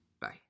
bye